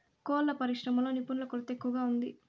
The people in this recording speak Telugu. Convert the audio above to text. కోళ్ళ పరిశ్రమలో నిపుణుల కొరత ఎక్కువగా ఉంది